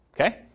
Okay